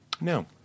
No